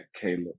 Caleb